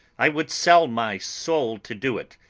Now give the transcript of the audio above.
i would sell my soul to do it!